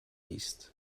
east